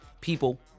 people